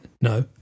No